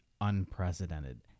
unprecedented